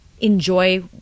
enjoy